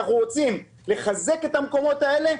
אנחנו רוצים לחזק את המקומות האלה,